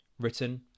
Written